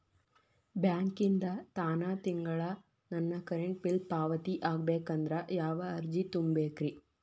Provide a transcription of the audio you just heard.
ಬ್ಯಾಂಕಿಂದ ತಾನ ತಿಂಗಳಾ ನನ್ನ ಕರೆಂಟ್ ಬಿಲ್ ಪಾವತಿ ಆಗ್ಬೇಕಂದ್ರ ಯಾವ ಅರ್ಜಿ ತುಂಬೇಕ್ರಿ?